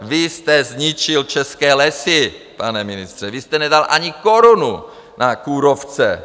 Vy jste zničil české lesy, pane ministře, vy jste nedal ani korunu na kůrovce.